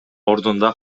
ордунда